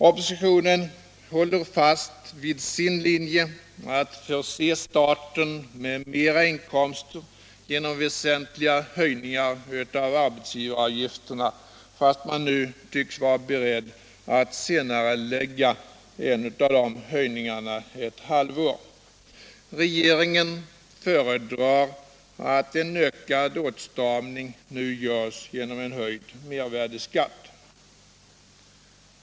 Oppositionen håller fast vid sin linje att förse staten med mera inkomster genom väsentliga höjningar av arbetsgivaravgifterna, fast man nu tycks vara beredd att senarelägga en av dessa höjningar ett halvår. Regeringen föredrar att en ökad åtstramning nu görs genom en höjd mervärdeskatt.